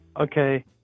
Okay